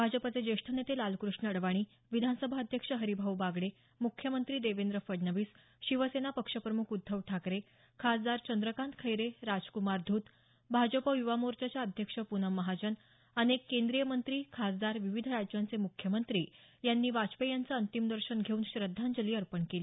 भाजपचे ज्येष्ठ नेते लालकृष्ण अडवाणी विधानसभा अध्यक्ष हरीभाऊ बागडे मुख्यमंत्री देवेंद्र फडणवीस शिवसेना पक्षप्रमुख उद्धव ठाकरे खासदार चंद्रकांत खैरे राजक्मार धूत भाजप युवा मोर्चाच्या अध्यक्ष प्नम महाजन अनेक केंद्रीय मंत्री खासदार विविध राज्यांचे मुख्यमंत्री यांनी वाजपेयी यांचं अंतिम दर्शन घेऊन श्रद्धांजली अर्पण केली